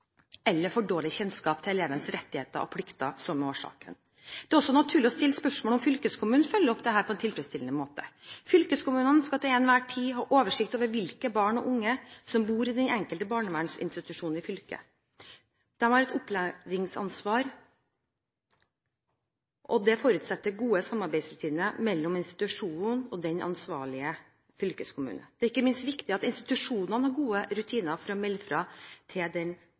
eller for dårlig kjennskap til elevenes rettigheter og plikter som er årsaken. Det er også naturlig å stille spørsmål om fylkeskommunen følger opp dette på en tilfredsstillende måte. Fylkeskommunen skal til enhver tid ha oversikt over hvilke barn og unge som bor i den enkelte barnevernsinstitusjon i fylket. De har et opplæringsansvar, og det forutsetter gode samarbeidsrutiner mellom institusjonen og den ansvarlige fylkeskommune. Det er ikke minst viktig at institusjonene har gode rutiner for å melde fra til den